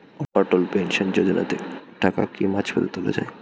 অটল pension যোজনাতে টাকা কি মাঝপথে তোলা যায়?